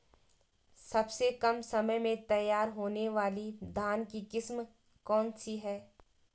सबसे कम समय में तैयार होने वाली धान की किस्म कौन सी है?